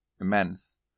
immense